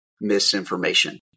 misinformation